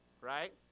right